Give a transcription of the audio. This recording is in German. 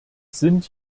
sind